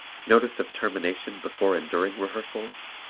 notice of termination before and during rehearsals,